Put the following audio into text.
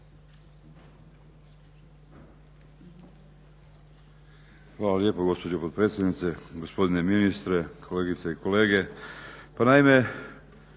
potpredsjednice, gospodine ministre, kolegice i kolege.